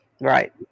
Right